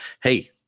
Hey